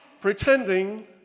pretending